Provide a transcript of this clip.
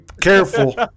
careful